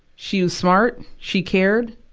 she was smart, she cared.